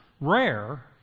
rare